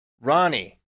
Ronnie